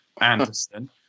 anderson